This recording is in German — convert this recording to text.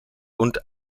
und